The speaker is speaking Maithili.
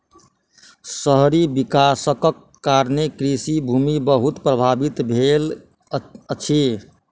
शहरी विकासक कारणें कृषि भूमि बहुत प्रभावित भेल अछि